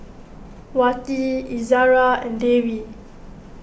Wati Izara and Dewi